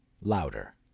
louder